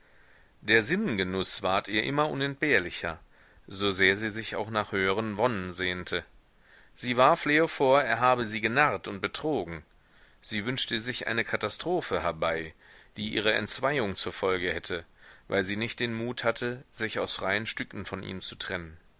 der sinnengenuß ward ihr immer unentbehrlicher so sehr sie sich auch nach höheren wonnen sehnte sie warf leo vor er habe sie genarrt und betrogen sie wünschte sich eine katastrophe herbei die ihre entzweiung zur folge hätte weil sie nicht den mut hatte sich aus freien stücken von ihm zu trennen